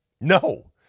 No